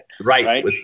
Right